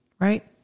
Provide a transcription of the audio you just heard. Right